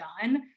done